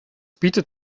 bietet